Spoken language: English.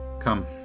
come